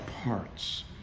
parts